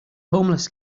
homeless